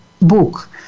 book